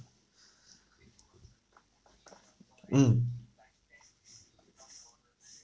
mm